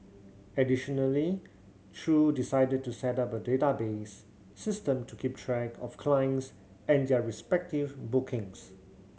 additionally Chew decided to set up a database system to keep track of clients and their respective bookings